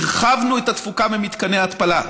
הרחבנו את התפוקה במתקני ההתפלה.